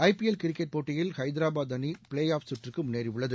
IPL cricket போட்டியில் ஹைதராபாத் அணி play off சுற்றுக்கு முன்னேறியுள்ளது